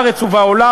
בארץ ובעולם,